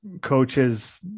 Coaches